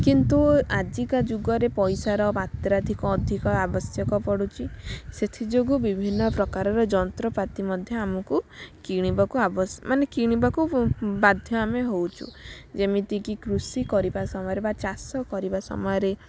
କିନ୍ତୁ ଆଜିକା ଯୁଗରେ ପଇସାର ମାତ୍ରାଧିକ ଅଧିକ ଆବଶ୍ୟକ ପଡ଼ୁଛି ସେଥି ଯୋଗୁଁ ବିଭିନ୍ନ ପ୍ରକାରର ଯନ୍ତ୍ରପାତି ମଧ୍ୟ ଆମକୁ କିଣିବାକୁ ଆବଶ୍ୟ ମାନେ କିଣିବାକୁ ବାଧ୍ୟ ଆମେ ହେଉଛୁ ଯେମିତି କି କୃଷି କରିବା ସମୟରେ ବା ଚାଷ କରିବା ସମୟରେ